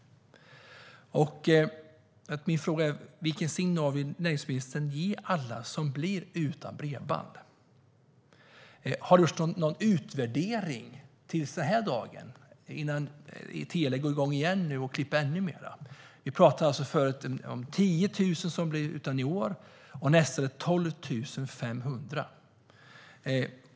Min fråga är: Vilken signal vill näringsministern ge alla som blir utan bredband? Har det gjorts någon utvärdering innan Telia går igång igen och klipper ännu mer? Vi pratade förut om 10 000 som blir utan bredband i år, och nästa år är det 12 500.